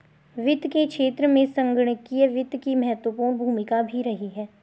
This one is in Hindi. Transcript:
वित्त के क्षेत्र में संगणकीय वित्त की महत्वपूर्ण भूमिका भी रही है